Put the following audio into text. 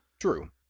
True